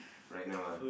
right now ah